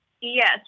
Yes